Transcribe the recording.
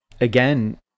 again